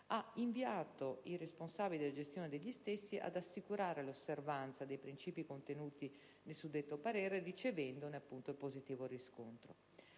ha invitato i responsabili della gestione degli stessi ad assicurare l'osservanza dei princìpi contenuti nel suddetto parere, ricevendone il positivo riscontro.